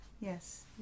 Yes